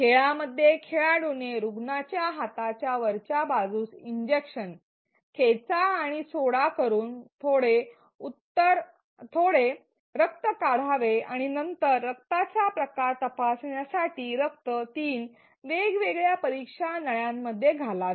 खेळामध्ये खेळाडूने रुग्णाच्या हाताच्या वरच्या बाजूस इंजक्शन खेचा आणि सोडा करून थोडे रक्त काढावे आणि नंतर रक्ताचा प्रकार तपासण्यासाठी रक्त तीन वेगवेगळ्या परीक्षा नळ्यांमध्ये घालावे